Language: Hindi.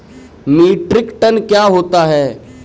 मीट्रिक टन क्या होता है?